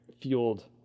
Fueled